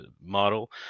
model